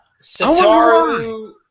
Satoru